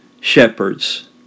shepherds